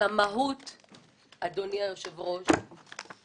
בדיוק כמו מה שידידי מלשכת עורכי הדין